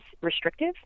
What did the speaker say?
restrictive